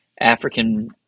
African